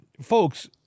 folks